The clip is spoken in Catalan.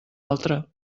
altra